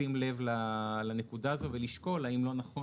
לשים לב לנקודה הזאת ולשקול האם לא נכון